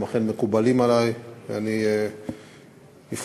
הם אכן מקובלים עלי,